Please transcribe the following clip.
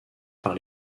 par